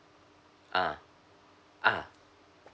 ah ah